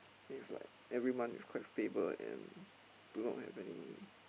then it's like every month is quite stable and do not have any